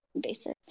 Basic